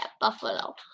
buffalo